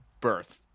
birth